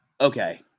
okay